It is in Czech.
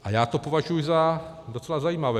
A já to považuji za docela zajímavé.